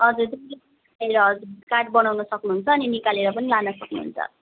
हजुर ए हजुर कार्ड बनाउनु सक्नुहुन्छ अनि निकालेर पनि लान सक्नुहुन्छ